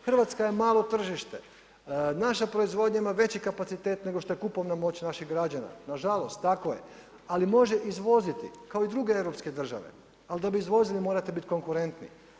Hrvatska je malo tržište, naša proizvodnja ima veći kapacitet nego što je kupovna moć naših građana, nažalost tako je ali može izvoziti kao i druge europske države, ali da bi izvozili morate biti konkurentni.